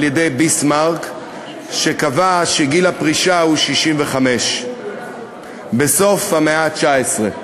ביסמרק קבע שגיל הפרישה הוא 65 בסוף המאה ה-19.